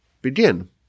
begin